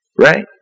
Right